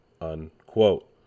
unquote